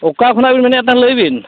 ᱚᱠᱟ ᱠᱷᱚᱱᱟᱜ ᱵᱤᱱ ᱞᱟᱹᱭᱮᱜ ᱛᱟᱦᱮᱱ ᱞᱟᱹᱭ ᱵᱤᱱ